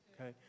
Okay